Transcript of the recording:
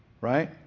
right